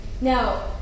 Now